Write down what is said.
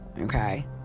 Okay